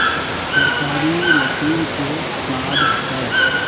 सरकारी मशीन से कार्ड छै?